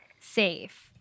safe